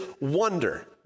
wonder